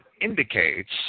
indicates